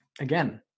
again